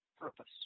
Purpose